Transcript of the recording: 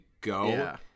go